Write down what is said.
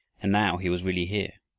and now he was really here!